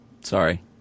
Sorry